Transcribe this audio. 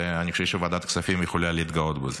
ואני חושב שוועדת הכספים יכולה להתגאות בזה.